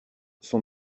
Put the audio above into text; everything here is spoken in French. son